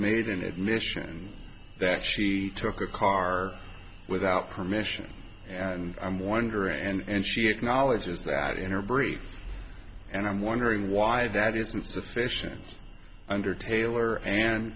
made an admission that she took the car without permission and i'm wondering and she acknowledges that in her brief and i'm wondering why that isn't sufficient under taylor and